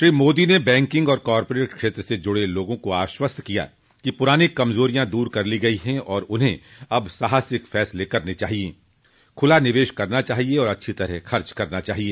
श्री मोदी ने बैकिंग और कॉरपोरेट क्षेत्र से जुड़े लोगों को आश्वस्त किया कि पुरानी कमजोरियां दूर कर ली गई हैं और उन्हें अब साहसिक फैसले करने चाहिए खुला निवेश करना चाहिए और अच्छी तरह खर्च करना चाहिए